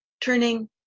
Turning